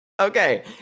Okay